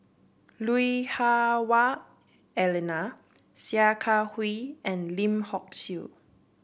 Lui Hah Wah Elena Sia Kah Hui and Lim Hock Siew